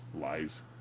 lies